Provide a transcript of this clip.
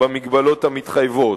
במגבלות המתחייבות.